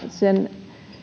sen